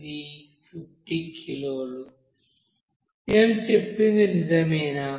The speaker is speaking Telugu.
ఇది 50 కిలోలు నేను చెప్పింది నిజమేనా